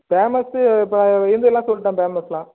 famous இப்போ இருந்ததெலாம் சொல்லிவிட்டேன் ஃபேமஸெலாம்